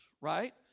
right